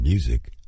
Music